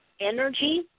energy